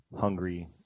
hungry